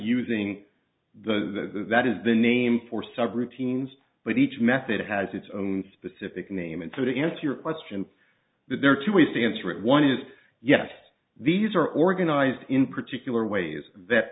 using the that is the name for sub routines but each method has its own specific name and so to answer your question there are two ways to answer it one is yes these are organized in particular ways that